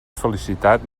felicitat